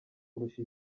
kurusha